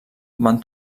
van